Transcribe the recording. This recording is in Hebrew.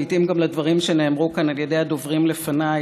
והתאים גם לדברים שנאמרו כאן על ידי הדוברים לפניי,